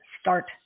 start